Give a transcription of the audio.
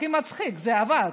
הכי מצחיק, זה עבד.